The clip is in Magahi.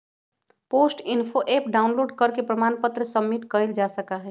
पोस्ट इन्फो ऍप डाउनलोड करके प्रमाण पत्र सबमिट कइल जा सका हई